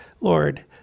Lord